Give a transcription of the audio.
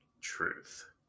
Truth